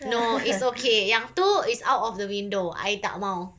no it's okay yang tu is out of the window I tak mahu